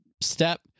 step